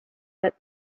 that